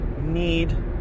need